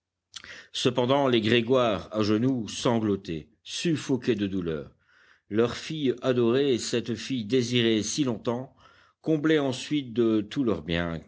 cependant les grégoire à genoux sanglotaient suffoquaient de douleur leur fille adorée cette fille désirée si longtemps comblée ensuite de tous leurs biens